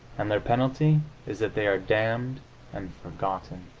and their penalty is that they are damned and forgotten.